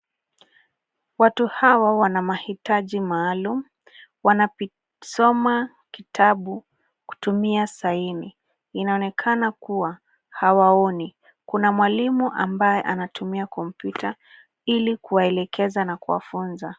Watu hawa wana mahitaji maalum, wanasoma kitabu kutumia sign . Inaonekana kuwa hawaoni. Kuna mwalimu ambaye anatumia kompyuta ili kuwaelekeza na kuwafunza.